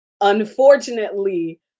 unfortunately